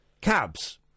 cabs